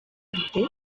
bite